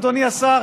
אדוני השר,